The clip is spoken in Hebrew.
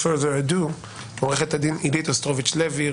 עו"ד עילית אוסטרוביץ-לוי,